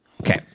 okay